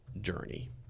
journey